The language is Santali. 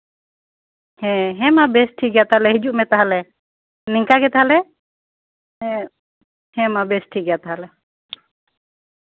ᱦᱮᱸ ᱢᱟ ᱵᱮᱥ ᱴᱷᱤᱠ ᱜᱮᱭᱟ ᱛᱟᱦᱞᱮ ᱦᱤᱡᱩᱜ ᱢᱮ ᱛᱟᱦᱞᱮ ᱱᱚᱝᱠᱟ ᱜᱮ ᱛᱟᱦᱞᱮ ᱵᱮᱥ ᱴᱷᱤᱠ ᱛᱟᱦᱞᱮ